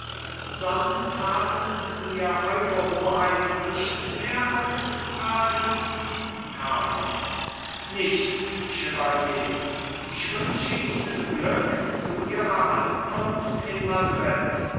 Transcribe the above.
sonst haben mir eure hoheit nichts mehr aufzutragen carlos nichts chevalier ich wünsche ihnen glück zu ihrer ankunft in madrid